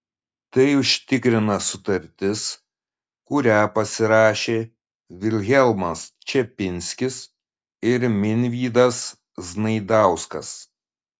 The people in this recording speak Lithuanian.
tai užtikrina sutartis kurią pasirašė vilhelmas čepinskis ir minvydas znaidauskas